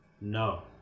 No